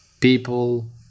people